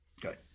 Good